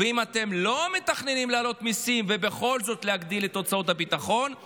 ואם אתם לא מתכננים להעלות מיסים ובכל זאת להגדיל את הוצאות הביטחון,